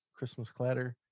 christmasclatter